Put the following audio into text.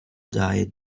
diode